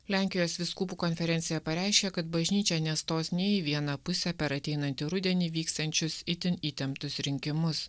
lenkijos vyskupų konferencija pareiškė kad bažnyčia nestos nei į vieną pusę per ateinantį rudenį vyksiančius itin įtemptus rinkimus